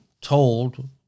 told